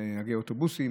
נהגי אוטובוסים,